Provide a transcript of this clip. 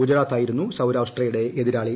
ഗുജറാത്ത് ആയിരുന്നു സൌരാഷ്ട്രയുടെ എതിരാളി